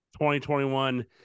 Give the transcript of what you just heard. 2021